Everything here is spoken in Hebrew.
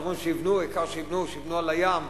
יותר נכון שיבנו, העיקר שיבנו, שיבנו על הים,